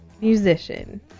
musician